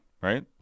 Right